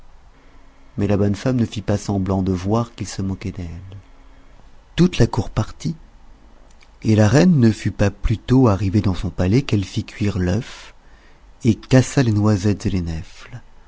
mais la bonne femme ne fit pas semblant de voir qu'il se moquait d'elle toute la cour partit et la reine ne fut pas plutôt arrivée dans son palais qu'elle fit cuire l'œuf et cassa les noisettes et les